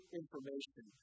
information